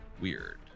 weird